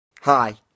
Hi